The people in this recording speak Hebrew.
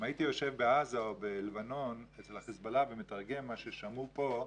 אם הייתי יושב בעזה או בלבנון אצל החיזבאללה ומתרגם מה ששמעו פה,